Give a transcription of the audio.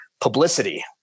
Publicity